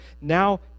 now